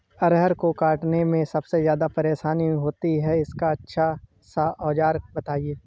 अरहर को काटने में सबसे ज्यादा परेशानी होती है इसका अच्छा सा औजार बताएं?